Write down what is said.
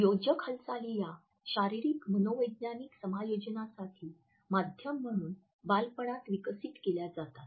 योजक हालचाली या शारीरिक मनोवैज्ञानिक समायोजनासाठी माध्यम म्हणून बालपणात विकसित केल्या जातात